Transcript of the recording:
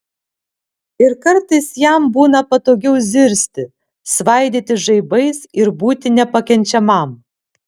ir kartais jam būna patogiau zirzti svaidytis žaibais ir būti nepakenčiamam